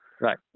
Right